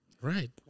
Right